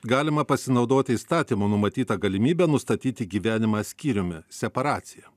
galima pasinaudoti įstatymo numatyta galimybe nustatyti gyvenimą skyriumi separacija